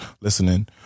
listening